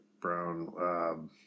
Brown